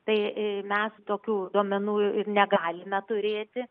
tai mes tokių duomenų ir negalime turėti